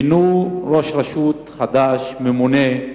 מינו ראש רשות חדש, ממונה,